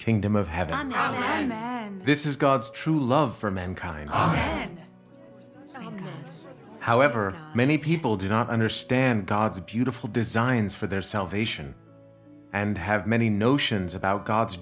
kingdom of heaven this is god's true love for mankind however many people do not understand god's beautiful designs for their salvation and have many notions about god's